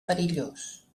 perillós